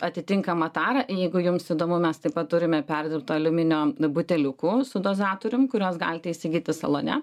atitinkamą tarą jeigu jums įdomu mes taip pat turime perdirbto aliuminio buteliuku su dozatorium kuriuos galite įsigyti salone